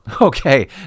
Okay